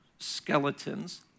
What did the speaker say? Skeletons